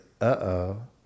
uh-oh